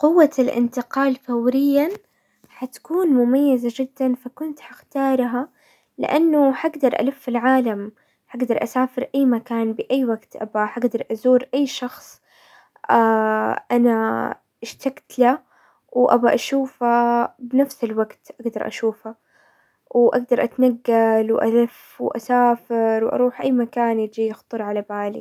قوة الانتقال فوريا حتكون مميزة جدا فكنت حختارها، لانه حقدر الف العالم، حقدر اسافر اي مكان باي وقت ابغى، حقدر ازور اي شخص انا اشتقت له وابى اشوفه بنفس الوقت اقدر اشوفه، واقدر اتنقل، والف واسافر، واروح اي مكان يجي يخطر على بالي.